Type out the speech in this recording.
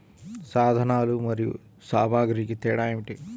సాధనాలు మరియు సామాగ్రికి తేడా ఏమిటి?